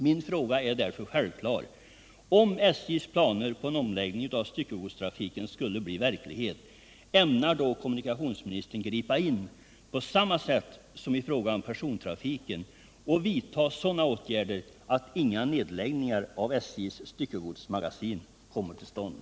Min fråga är därför självklar: Om SJ:s planer på en omläggning av styckegodstrafiken skulle bli verklighet, ämnar då kommunikationsministern gripa in på samma sätt som i fråga om persontrafiken och vidta sådana åtgärder att inga nedläggningar av SJ:s styckegodsmagasin kommer till stånd?